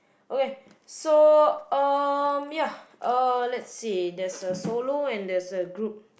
okay so um ya uh that's see there's a solo and there's a group